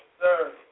Sir